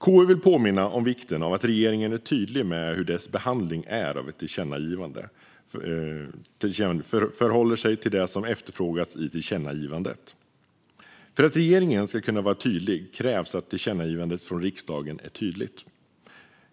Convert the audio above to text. KU vill påminna om vikten av att regeringen är tydlig med hur dess behandling av ett tillkännagivande förhåller sig till det som efterfrågas i tillkännagivandet. För att regeringen ska kunna vara tydlig krävs att tillkännagivandet från riksdagen är tydligt.